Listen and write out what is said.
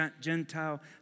Gentile